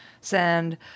Send